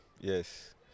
Yes